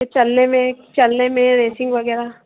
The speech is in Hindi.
चलने में चलने में रेसिंग वगैरह